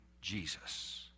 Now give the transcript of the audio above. Jesus